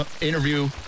interview